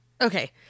Okay